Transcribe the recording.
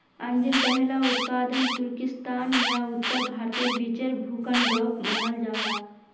अंजीर पहला उत्पादन तुर्किस्तान या उत्तर भारतेर बीचेर भूखंडोक मानाल जाहा